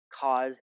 cause